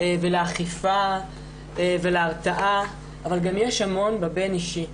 לאכיפה ולהרתעה אבל גם יש המון בבין אישי.